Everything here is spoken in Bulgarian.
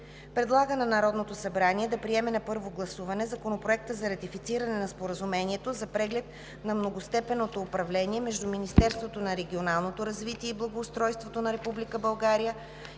предлага на Народното събрание да приеме на първо гласуване Законопроект за ратифициране на Споразумението за преглед на многостепенното управление между Министерството на регионалното развитие и благоустройството на